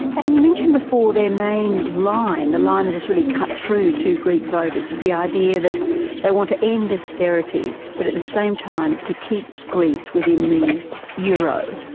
and you mentioned before their main line, the line that has really cut through to greek voters, is the idea that they want to end austerity but at the same time to keep greece within the euro.